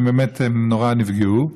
ובאמת הם נורא נפגעו.